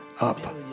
up